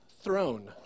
throne